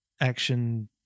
action